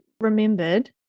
remembered